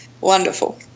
Wonderful